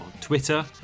twitter